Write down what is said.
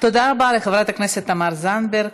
תודה רבה לחברת הכנסת תמר זנדברג.